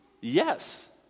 Yes